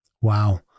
Wow